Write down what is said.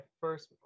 first